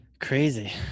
Crazy